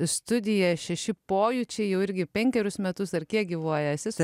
studija šeši pojūčiai jau irgi penkerius metus ar kiek gyvuoja